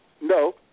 No